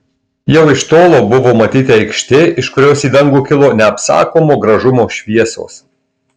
jau iš tolo buvo matyti aikštė iš kurios į dangų kilo neapsakomo gražumo šviesos